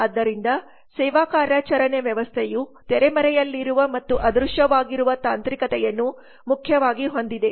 ಆದ್ದರಿಂದ ಸೇವಾ ಕಾರ್ಯಾಚರಣೆ ವ್ಯವಸ್ಥೆಯು ತೆರೆಮರೆಯಲ್ಲಿರುವ ಮತ್ತು ಅದೃಶ್ಯವಾಗಿರುವ ತಾಂತ್ರಿಕತೆಯನ್ನು ಮುಖ್ಯವಾಗಿ ಹೊಂದಿದೆ